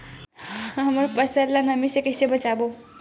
हमर फसल ल नमी से क ई से बचाबो?